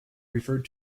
referred